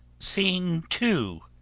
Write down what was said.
scene two.